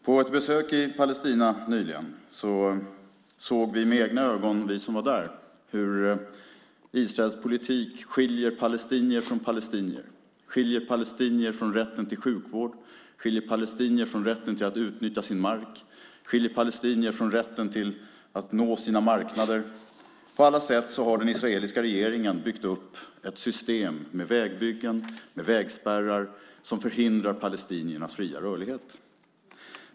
Vid ett besök i Palestina nyligen såg vi med egna ögon hur Israels politik skiljer palestinier från palestinier, skiljer palestinier från rätten till sjukvård, skiljer palestinier från rätten att utnyttja sin mark och skiljer palestinier från rätten att nå sina marknader. På alla sätt har den israeliska regeringen byggt upp ett system med vägbyggen och vägspärrar som förhindrar palestiniernas fria rörlighet.